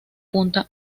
punta